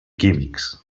químics